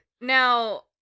Now